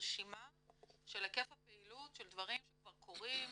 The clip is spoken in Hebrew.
ומרשימה של היקף הפעילות של דברים שכבר קורים,